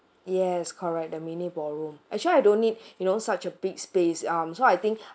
yes correct the mini ballroom actually I don't need you know such a big space